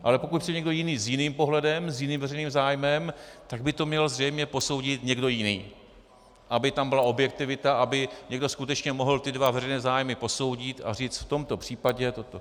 Ale pokud přijde někdo jiný s jiným pohledem, s jiným veřejným zájmem, tak by to měl zřejmě posoudit někdo jiný, aby tam byla objektivita a aby někdo skutečně mohl ty dva veřejné zájmy posoudit a říct: v tomto případě toto.